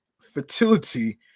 fertility